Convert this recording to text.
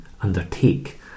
undertake